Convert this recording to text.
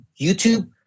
YouTube